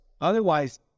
Otherwise